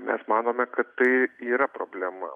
mes manome kad tai yra problema